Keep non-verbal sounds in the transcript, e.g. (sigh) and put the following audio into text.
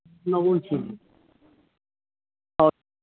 (unintelligible)